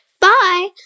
Bye